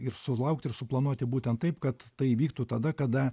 ir sulaukti ir suplanuoti būtent taip kad tai įvyktų tada kada